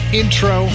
intro